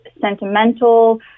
sentimental